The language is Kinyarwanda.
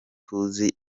tuzi